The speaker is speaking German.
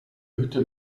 hütte